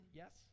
yes